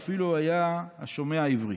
ואפילו היה השומע עברי.